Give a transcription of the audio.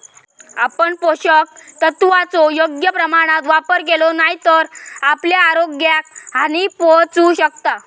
आपण पोषक तत्वांचो योग्य प्रमाणात वापर केलो नाय तर आपल्या आरोग्याक हानी पोहचू शकता